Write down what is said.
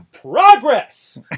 Progress